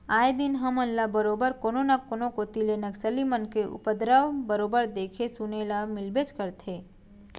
आए दिन हमन ल बरोबर कोनो न कोनो कोती ले नक्सली मन के उपदरव बरोबर देखे सुने ल मिलबेच करथे